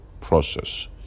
process